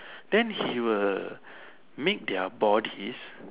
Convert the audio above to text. then he will make their bodies